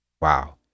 Wow